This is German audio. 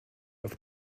auf